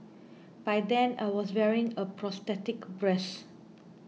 by then I was wearing a prosthetic breast